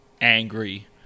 angry